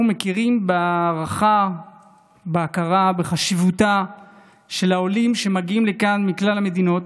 מכירים בהערכה בחשיבותם של העולים שמגיעים לכאן מכל המדינות.